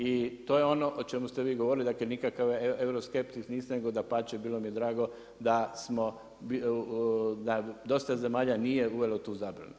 I to je ono o čemu ste vi govorili, dakle nikakav euroskeptik niste, nego da pače, bilo mi je drago da smo, da dosta zemalja nije uvelo tu zabranu.